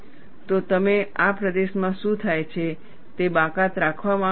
તો તમે આ પ્રદેશમાં શું થાય છે તે બાકાત રાખવા માંગો છો